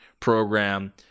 program